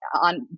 on